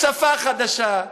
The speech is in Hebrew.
שפה חדשה,